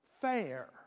fair